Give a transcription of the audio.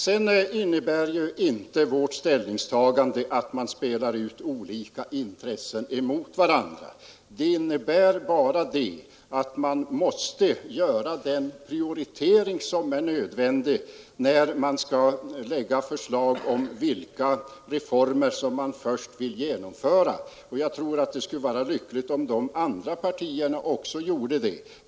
Sedan innebär ju inte vårt ställningstagande att man spelar ut olika intressen mot varandra. Det innebär bara att man gör den prioritering som är nödvändig när man skall lägga fram förslag om vilka reformer som man först vill genomföra. Jag tror att det skulle vara lyckligt om de andra partierna gjorde på samma sätt.